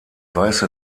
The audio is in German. weiße